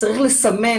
צריך לסמן